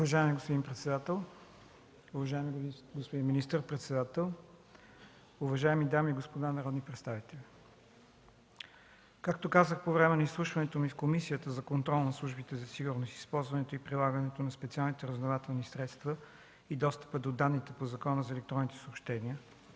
Уважаеми господин председател, уважаеми господин министър-председател, уважаеми дами и господа народни представители! Както казах по време на изслушването ми в Комисията за контрол над службите за сигурност, използването и прилагането на специалните разузнавателни средства и достъпа до данните по Закона за електронните съобщения